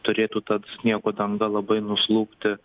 turėtų tad nieko danga labai nuslūgti